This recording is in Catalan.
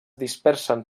dispersen